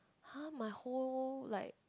!huh! my whole like